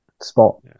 spot